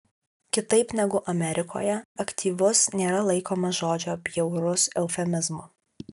kitaip negu amerikoje aktyvus nėra laikomas žodžio bjaurus eufemizmu